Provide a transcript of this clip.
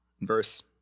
Verse